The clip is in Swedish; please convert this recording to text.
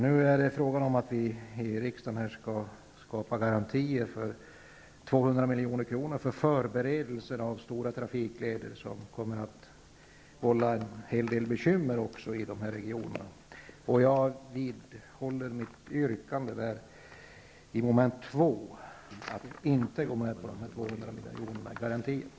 Nu är det fråga om att vi i riksdagen skall skapa garantier för 200 milj.kr. avseende förberedelser av stora trafikleder som kommer att vålla en hel del bekymmer i berörda regioner. Jag vidhåller mitt yrkande beträffande mom. 2. Jag går alltså inte med på några garantier för 200